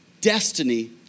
destiny